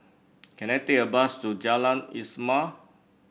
can I take a bus to Jalan Ismail